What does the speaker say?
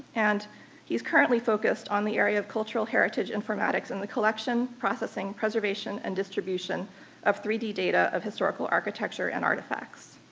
and he's currently focused on the area of cultural heritage informatics in the collection, processing, preservation, and distribution of three d data of historical architecture and artifacts.